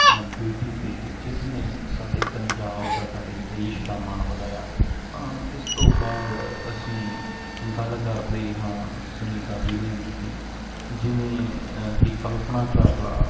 ਬੇਟੀ 'ਤੇ ਜਿਸ ਨੇ ਸਾਡੇ ਪੰਜਾਬ ਦਾ ਸਾਡੇ ਦੇਸ਼ ਦਾ ਮਾਣ ਵਧਾਇਆ ਤਾਂ ਇਸ ਤੋਂ ਬਾਅਦ ਅਸੀਂ ਗੱਲ ਕਰਦੇ ਹਾਂ ਸੁਨੀਤਾ ਵਿਲੀਅਮ ਦੀ ਜਿਵੇਂ ਕਿ ਕਲਪਨਾ ਚਾਵਲਾ